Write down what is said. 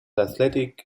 athletic